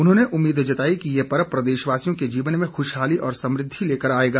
उन्होंने उम्मीद जताई के ये पर्व प्रदेशवासियों के जीवन में खुशहाली और समृद्धि लेकर आएगा